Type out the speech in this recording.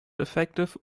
effective